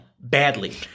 badly